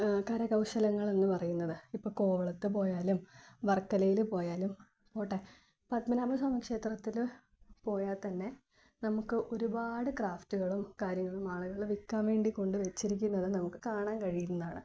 കരകൗശലങ്ങൾ എന്നു പറയുന്നത് ഇപ്പോൾ കോവളത്ത് പോയാലും വർക്കലയിൽ പോയാലും പോകട്ടെ പത്മനാഭസ്വാമി ക്ഷേത്രത്തിൽ പോയാൽ തന്നെ നമുക്ക് ഒരുപാട് ക്രാഫ്റ്റുകളും കാര്യങ്ങളും ആളുകൾ വിൽക്കാൻ വേണ്ടി കൊണ്ടു വെച്ചിരിക്കുന്നത് നമുക്കു കാണാൻ കഴിയുന്നതാണ്